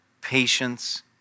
Patience